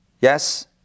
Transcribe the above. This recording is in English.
Yes